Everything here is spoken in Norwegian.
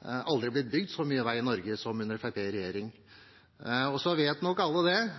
Det har aldri blitt bygd så mye vei i Norge som under Fremskrittspartiet i regjering. Så vet nok alle at bompengeandelen i veiprosjektene gikk ned. Når det